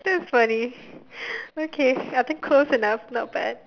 it's funny okay I think close enough not bad